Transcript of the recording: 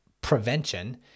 prevention